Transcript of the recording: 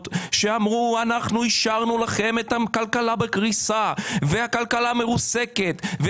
כשאמרו שהשארנו לכם כלכלה בקריסה והכלכלה מרוסקת,